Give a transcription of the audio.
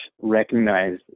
recognize